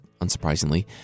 unsurprisingly